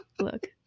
look